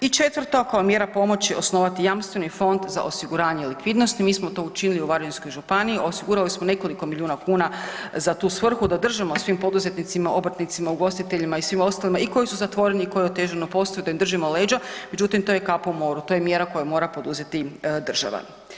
I četvrto, kao mjera pomoći osnovati jamstveni fond za osiguranje likvidnosti, mi smo to učinili u Varaždinskoj županiji, osigurali smo nekoliko milijuna kuna za tu svrhu da držimo svim poduzetnicima, obrtnicima, ugostiteljima i svima ostalima i koji su zatvoreni i koji otežano posluju da im držimo leđa, međutim to je kap u moru to je mjera koju mora poduzeti država.